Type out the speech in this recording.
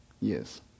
Yes